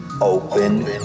Open